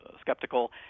skeptical